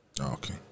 Okay